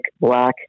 black